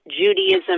Judaism